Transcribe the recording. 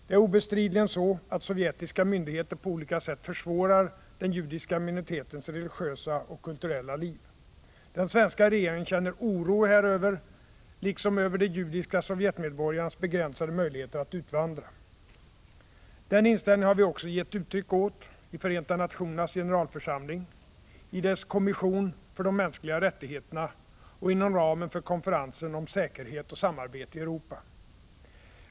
Det är obestridligen så att sovjetiska myndigheter på olika sätt försvårar den judiska minoritetens religiösa och kulturella liv. Den svenska regeringen känner oro häröver, liksom över de judiska sovjetmedborgarnas begränsade möjligheter att utvandra. Den inställningen har vi också gett uttryck åt i Förenta nationernas generalförsamling, i dess kommission för de mänskliga rättigheterna och inom ramen för konferensen om säkerhet och samarbete i Europa.